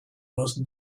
most